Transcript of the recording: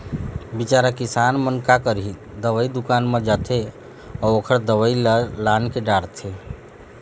बिचारा किसान मन का करही, दवई दुकान म जाथे अउ ओखर दवई ल लानके डारथे